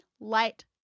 light